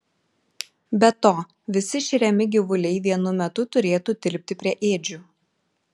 be to visi šeriami gyvuliai vienu metu turėtų tilpti prie ėdžių